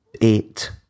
eight